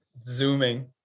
zooming